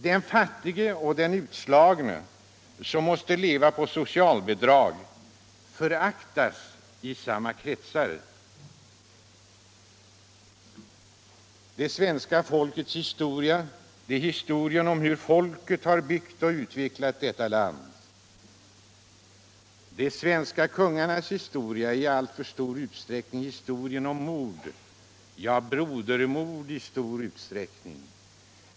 Den fattige och den utslagne, som måste leva på socialbidrag, föraktas i samma kretsar. Det svenska folkets historia är historien om hur folket har byggt och utvecklat detta land. De svenska kungarnas historia är i alltför stor utsträckning historien om mord, ja, brodermord i stor utsträckning.